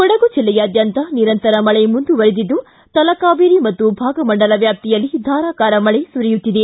ಕೊಡಗು ಜಿಲ್ಲೆಯಾದ್ದಂತ ನಿರಂತರ ಮಳೆ ಮುಂದಿವರಿದಿದ್ದು ತಲಕಾವೇರಿ ಮತ್ತು ಭಾಗಮಂಡಲ ವ್ಯಾಪ್ತಿಯಲ್ಲಿ ಧಾರಾಕಾರ ಮಳೆ ಸುರಿಯುತ್ತಿದೆ